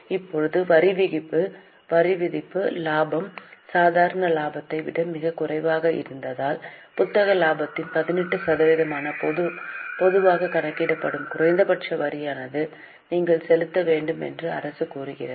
இப்போது வரிவிதிப்பு வரிவிதிப்பு இலாபம் சாதாரண இலாபத்தை விட மிகக் குறைவாக இருந்தால் புத்தக இலாபத்தின் 18 சதவீதமாக பொதுவாக கணக்கிடப்படும் குறைந்தபட்ச வரியையாவது நீங்கள் செலுத்த வேண்டும் என்று அரசு கூறுகிறது